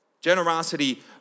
Generosity